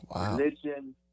Religion